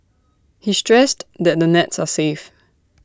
he stressed that the nets are safe